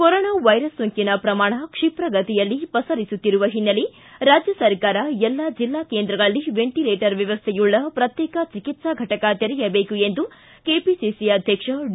corona virus ಸೋಂಕಿನ ಪ್ರಮಾಣ ಕ್ಷಿಪ್ರಗತಿಯಲ್ಲಿ ಪಸರಿಸುತ್ತಿರುವ ಹಿನ್ನೆಲೆ ರಾಜ್ವ ಸರ್ಕಾರ ಎಲ್ಲ ಜಿಲ್ಲಾ ಕೇಂದ್ರಗಳಲ್ಲಿ ವೆಂಟಿಲೇಟರ್ ವ್ಹವಸ್ಟೆಯುಳ್ಳ ಪ್ರತ್ಯೇಕ ಚಿಕಿತ್ಸಾ ಘಟಕ ತೆರೆಯಬೇಕು ಎಂದು ಕೆಪಿಸಿಸಿ ಅಧ್ಯಕ್ಷ ಡಿ